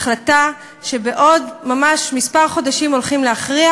החלטה שממש בעוד כמה חודשים הולכים להכריע